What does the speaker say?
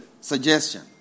Suggestion